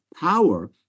power